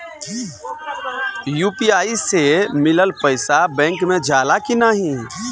UPI से मिलल पईसा बैंक मे जाला की नाहीं?